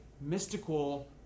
mystical